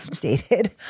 dated